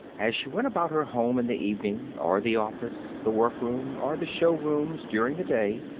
as she went about her home in the evening, or the office, the workroom, or the showrooms during the day,